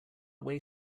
way